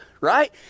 right